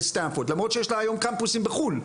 למרות שיש לה היום קמפוסים בחו"ל,